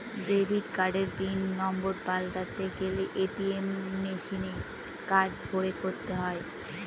debit কার্ডের pin number পাল্টাতে গেলে এ.টি.এম মেশিনে কার্ড ভোরে করতে হয়